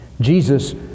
Jesus